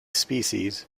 species